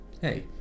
Hey